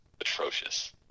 atrocious